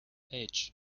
edge